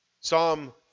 Psalm